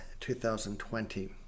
2020